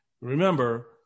Remember